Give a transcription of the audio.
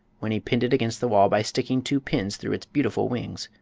when he pinned it against the wall by sticking two pins through its beautiful wings.